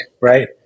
Right